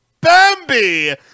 Bambi